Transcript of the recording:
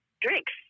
drinks